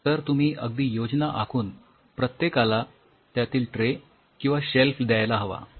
तर तुम्ही अगदी योजना आखून प्रत्येकाला त्यातील ट्रे किंवा शेल्फ द्यायला हवा